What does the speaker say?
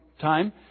time